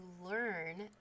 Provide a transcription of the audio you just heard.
learn